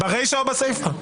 ברישא או בסיפא?